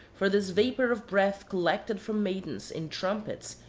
for this vapour of breath collected from maidens in trumpets,